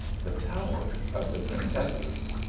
the tower of the prin cesses.